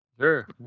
Sure